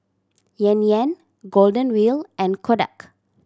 Yan Yan Golden Wheel and Kodak